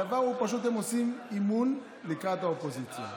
הדבר הוא פשוט: הם עושים אימון לקראת האופוזיציה,